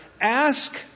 ask